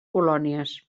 colònies